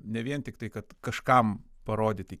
ne vien tiktai kad kažkam parodyti